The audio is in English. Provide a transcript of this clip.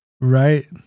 Right